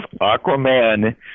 Aquaman